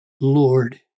Lord